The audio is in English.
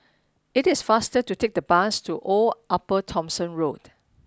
it is faster to take the bus to Old Upper Thomson Road